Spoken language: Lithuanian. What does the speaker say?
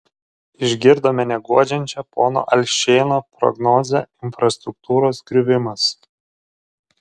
išgirdome neguodžiančią pono alšėno prognozę infrastruktūros griuvimas